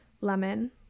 lemon